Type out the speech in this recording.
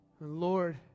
Lord